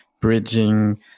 Bridging